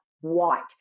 white